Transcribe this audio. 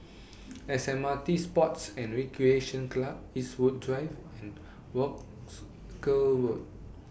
S M R T Sports and Recreation Club Eastwood Drive and Wolskel Road